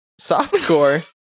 Softcore